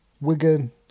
Wigan